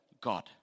God